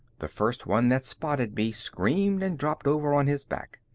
the first one that spotted me screamed and dropped over on his back.